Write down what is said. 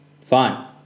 Fine